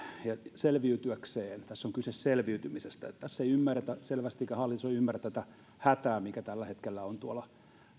selviytyäkseen tässä on kyse selviytymisestä tässä ei ymmärretä selvästi eikä hallitus ole ymmärtänyt tätä hätää mikä tällä hetkellä on tuolla